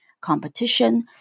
competition